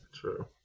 True